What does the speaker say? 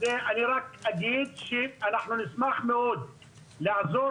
אז אני רק אגיד שאנחנו נשמח מאוד לעזור